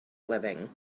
living